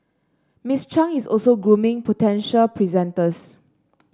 Miss Chang is also grooming potential presenters